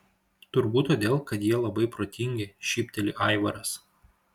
turbūt todėl kad jie labai protingi šypteli aivaras